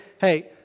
Hey